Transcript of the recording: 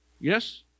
Yes